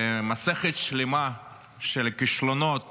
במסכת שלמה של כישלונות